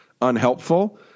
unhelpful